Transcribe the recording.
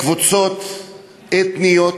קבוצות אתניות,